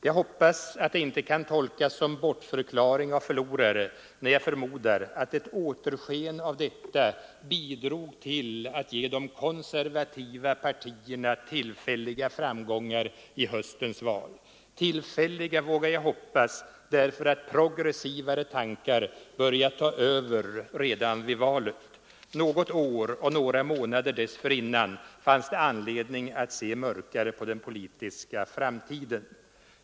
Jag hoppas att det inte kan tolkas som bortförklaring av förlorare när jag förmodar att ett återsken av detta bidrog till att ge de konservativa partierna tillfälliga framgångar i höstens val. Tillfälliga, vågar jag hoppas, därför att progressivare tankar började ta över redan vid valet. Något år och några månader dessförinnan fanns det anledning att se mörkare på den politiska framtiden.